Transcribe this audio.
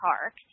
Park